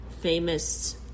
famous